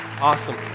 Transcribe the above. Awesome